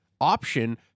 option